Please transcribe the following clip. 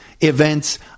events